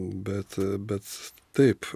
bet bet taip